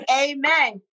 amen